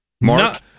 Mark